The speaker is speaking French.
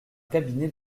cabinet